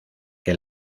que